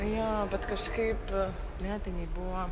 jo bet kažkaip ne tai jinai buvo